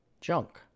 Junk